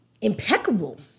impeccable